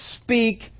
Speak